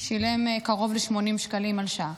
ושילם קרוב ל-80 שקלים על שעה.